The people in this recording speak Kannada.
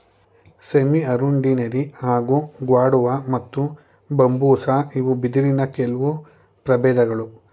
ಸೆಮಿಅರುಂಡಿನೆರಿ ಹಾಗೂ ಗ್ವಾಡುವ ಮತ್ತು ಬಂಬೂಸಾ ಇವು ಬಿದಿರಿನ ಕೆಲ್ವು ಪ್ರಬೇಧ್ಗಳು